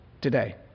today